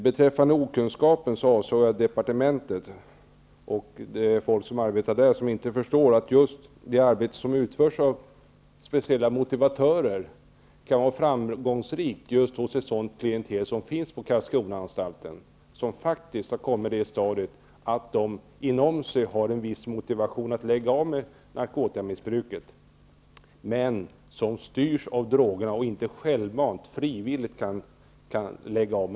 Med okunskap avsåg jag departementet och de människor som arbetar där och inte förstår att det arbete som utförs av speciella motivatörer kan vara framgångsrikt när det gäller just ett sådant klientel som finns på Karlskronaanstalten. De befinner sig faktiskt i det stadiet att de inom sig har en viss motivation att lägga av med narkotikamissbruket men ändå styrs av droger och inte frivilligt kan lägga av.